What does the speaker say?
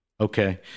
Okay